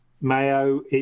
Mayo